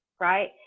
right